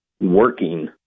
Working